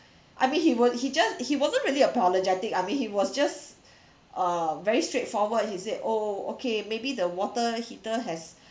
I mean he was he just he wasn't really apologetic I mean he was just uh very straightforward he said oh okay maybe the water heater has